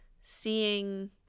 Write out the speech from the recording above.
seeing